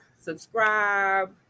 subscribe